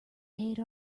hate